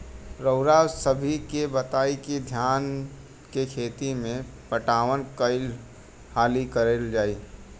रउवा सभे इ बताईं की धान के खेती में पटवान कई हाली करल जाई?